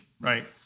right